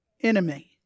enemy